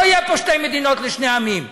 לא יהיו פה שתי מדינות לשני עמים.